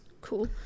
cool